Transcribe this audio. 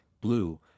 blue